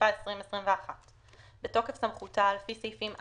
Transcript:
התשפ"א-2021 בתוקף סמכותה לפי סעיפים 4,